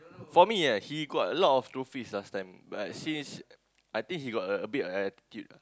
for me ah he got a lot of trophies last time but since I think he got a bit of attitude ah